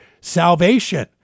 salvation